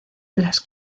las